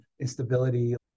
instability